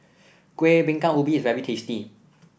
Kueh Bingka Ubi is very tasty